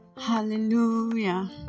Hallelujah